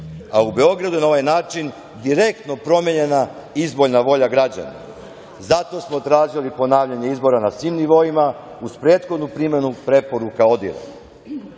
a u Beogradu je na ovaj način direktno promenjena izborna volja građana. Zato smo tražili ponavljanje izbora na svim nivoima, uz prethodnu primenu preporuka